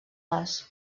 les